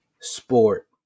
sport